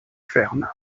ferme